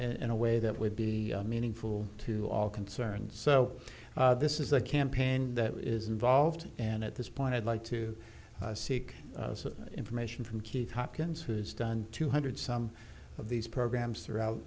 in a way that would be meaningful to all concerned so this is a campaign that is involved and at this point i'd like to seek information from keith hopkins who's done two hundred some of these programs throughout